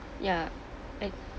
ya I